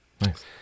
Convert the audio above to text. Nice